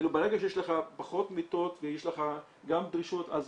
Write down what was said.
ברגע שיש לך פחות מיטות ויש לך גם דרישות אז